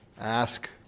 Ask